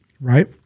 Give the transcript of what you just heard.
Right